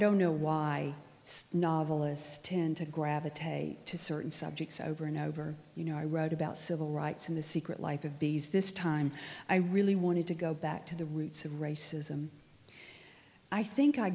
don't know why the list tend to gravitate to certain subjects over and over you know i wrote about civil rights and the secret life of bees this time i really wanted to go back to the roots of racism i think i